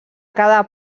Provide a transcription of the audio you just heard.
cada